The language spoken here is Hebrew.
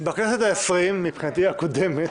-- בכנסת העשרים, מבחינתי היא הקודמת,